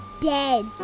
dead